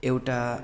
एउटा